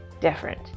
different